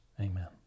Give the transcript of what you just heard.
Amen